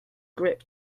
grip